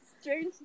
strange